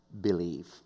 believe